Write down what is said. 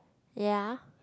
ya